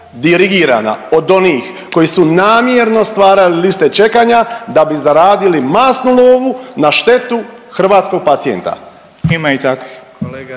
dirigirana od onih koji su namjerno stvarali liste čekanja da bi zaradili masnu lovu na štetu hrvatskog pacijenta. …/Upadica: Ima